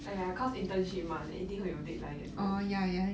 !aiya! cause internship mah then 一定会有 deadline 也是